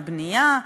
הבנייה,